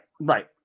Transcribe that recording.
right